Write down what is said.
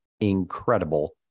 incredible